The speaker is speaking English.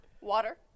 water